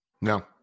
No